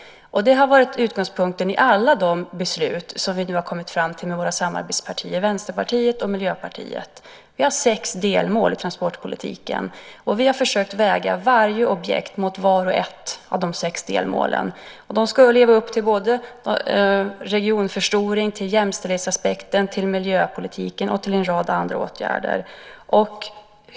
Det har varit utgångspunkten i alla de beslut som vi nu har kommit fram till med våra samarbetspartier Vänsterpartiet och Miljöpartiet. Vi har sex delmål i transportpolitiken, och vi har försökt väga varje objekt mot vart och ett av de sex delmålen. De ska leva upp till både regionförstoring, jämställdhetsaspekten, miljöpolitiken och en rad andra åtgärder.